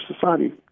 society